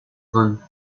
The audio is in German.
dran